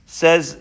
says